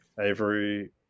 Avery